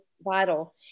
vital